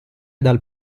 dal